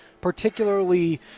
particularly